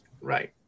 right